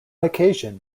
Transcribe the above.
occasion